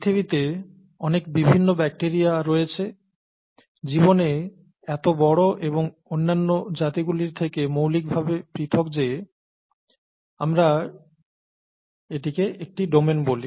পৃথিবীতে অনেক বিভিন্ন ব্যাকটিরিয়া রয়েছে জীবনে এত বড় এবং অন্যান্য জাতগুলির থেকে মৌলিকভাবে পৃথক যে আমরা এটিকে একটি ডোমেন বলি